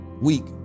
week